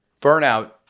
burnout